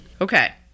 Okay